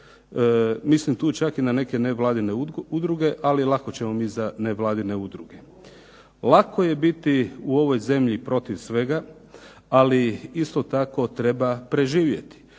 Mislim tu čak i na neke nevladine udruge, ali lako ćemo mi za nevladine udruge. Lako je biti u ovoj zemlji protiv svega, ali isto tako treba preživjeti.